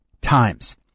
times